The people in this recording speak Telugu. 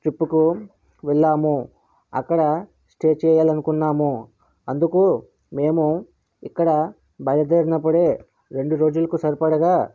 ట్రిప్కు వెళ్ళాము అక్కడ స్టే చేయాలనుకున్నాము అందుకు మేము ఇక్కడ బయలు దేరినప్పుడు రెండు రోజులకి సరిపడ